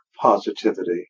positivity